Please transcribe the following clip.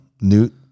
Newt